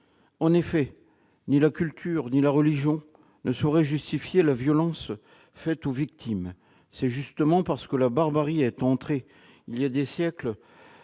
tolérables. Ni la culture ni la religion ne sauraient justifier la violence faite aux victimes. C'est justement parce que la barbarie est entrée, il y a des siècles,